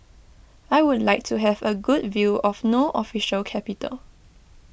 I would like to have a good view of No Official Capital